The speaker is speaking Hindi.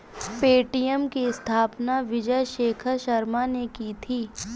पे.टी.एम की स्थापना विजय शेखर शर्मा ने की थी